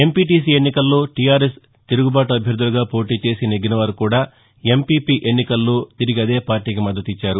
MPTC ఎన్నికల్లో టీఆర్ఎస్ తిరుగుబాటు అభ్యర్దులుగా పోటీచేసి నెగ్గినవారు కూడా ఎంపీపీ ఎన్నికల్లో తిరిగి అదేపార్షీకి మద్దతిచ్చారు